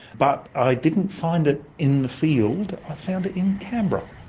but i didn't find it in the field, i found it in canberra.